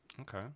Okay